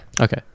okay